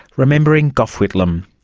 remembering gough whitlam.